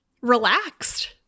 relaxed